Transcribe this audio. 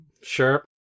sure